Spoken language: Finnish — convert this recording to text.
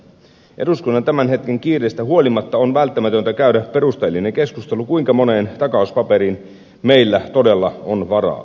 eduskunnan tämän hetken kiireestä huolimatta on välttämätöntä käydä perusteellinen keskustelu kuinka moneen takauspaperiin meillä todella on varaa